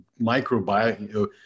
microbiome